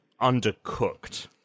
undercooked